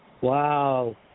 Wow